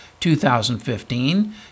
2015